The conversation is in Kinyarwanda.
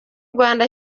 rwanda